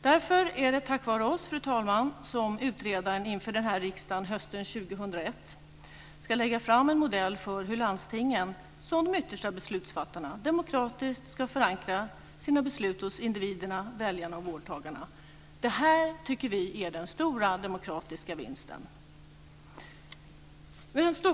Därför är det tack vare oss, fru talman, som utredaren inför den här riksdagen hösten 2001 ska lägga fram en modell för hur landstingen som yttersta beslutsfattare demokratiskt ska förankra sina beslut hos individerna, väljarna och vårdtagarna. Det här tycker vi är den stora demokratiska vinsten.